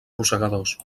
rosegadors